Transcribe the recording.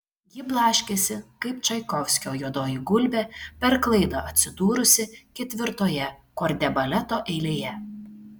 ji blaškėsi kaip čaikovskio juodoji gulbė per klaidą atsidūrusi ketvirtoje kordebaleto eilėje